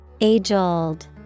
Age-old